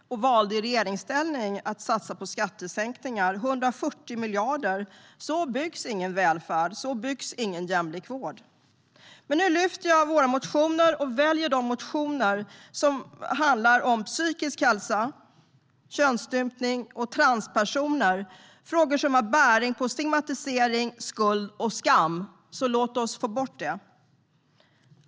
De valde i regeringsställning att satsa på skattesänkningar med 140 miljarder. Så byggs ingen välfärd, och så byggs ingen jämlik vård. Nu lyfter jag fram våra motioner och väljer de motioner som handlar om psykisk hälsa, könsstympning och transpersoner. Det är frågor som har bäring på stigmatisering, skuld och skam. Låt oss få bort det.